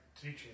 teaching